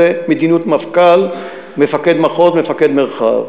זאת מדיניות מפכ"ל, מפקד מחוז, מפקד מרחב.